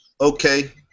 Okay